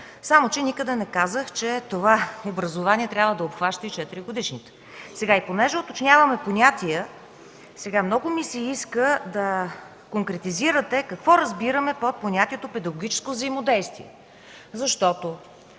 Само че никъде не казах, че това образование трябва да обхваща и 4 годишните. Понеже уточняваме понятия, много ми се иска да конкретизирате какво разбираме под понятието „педагогическо взаимодействие”?